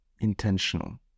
intentional